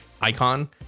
icon